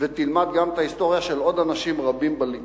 ותלמד גם את ההיסטוריה של עוד אנשים רבים בליכוד,